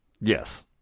Yes